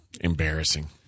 embarrassing